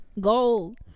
gold